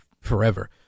forever